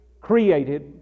created